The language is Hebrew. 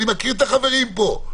אני מכיר את החברים פה.